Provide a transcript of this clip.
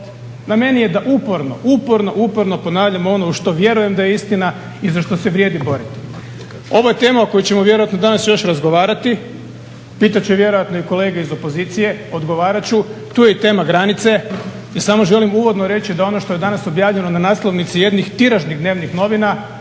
Na meni je da uporno, uporno, uporno ponavljam ono u što vjerujem da je istina i za što se vrijedi boriti. Ovo je tema o kojoj ćemo vjerojatno danas još razgovarati. Pitat će vjerojatno i kolege iz opozicije, odgovarat ću. Tu je i tema granice, ja samo želim uvodno reći da ono što je danas objavljeno na naslovnici jednih tiražnih dnevnih novina